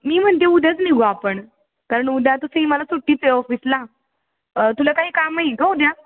मी म्हणते उद्याच निघू आपण कारण उद्या तसही मला सुट्टीच आहे ऑफिसला तुला काही काम आहे का उद्या